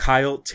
Kyle